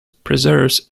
preserves